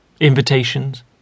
invitations